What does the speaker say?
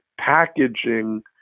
packaging